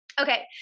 Okay